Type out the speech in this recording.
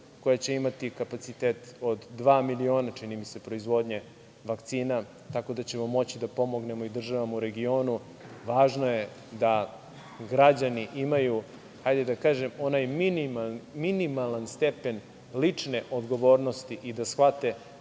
koja će imati kapacitet od dva miliona, čini mi se, proizvodnje vakcina, tako da ćemo moći da pomognemo i državama u regionu. Važno je da građani imaju, hajde da kažem, onaj minimalan stepen lične odgovornosti i da shvate